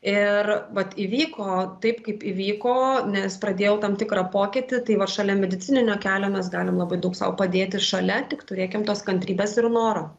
ir vat įvyko taip kaip įvyko nes pradėjau tam tikrą pokytį tai vat šalia medicininio kelio mes galim labai daug sau padėti šalia tik turėkim tos kantrybės ir noro